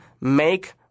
make